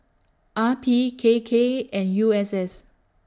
R P K K and U S S